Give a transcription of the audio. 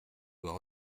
doit